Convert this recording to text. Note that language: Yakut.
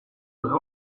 быһа